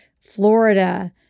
Florida